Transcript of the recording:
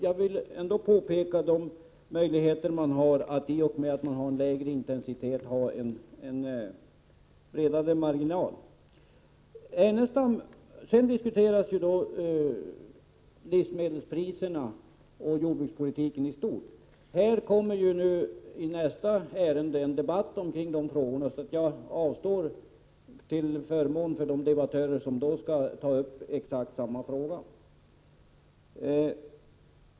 Jag vill ändå peka på de möjligheter som finns att i och med lägre intensitet ha en bredare marginal. Sedan togs här upp livsmedelspriserna och jordbrukspolitiken i stort. I nästa ärende får vi en debatt kring de frågorna. Till förmån för de debattörer som då skall ta upp den här frågan avstår jag nu från att kommentera den.